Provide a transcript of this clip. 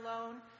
alone